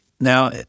Now